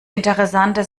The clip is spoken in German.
interessante